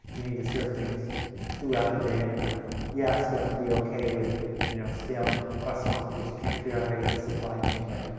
you need to serve things throughout the day in the night yes, you have to be ok with you know still quest off because you can't figure out how you get the supply chain, right?